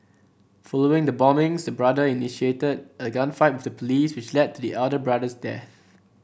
following the bombings the brother initiated a gunfight police which led the elder brother's death